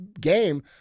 game